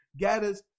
Gaddis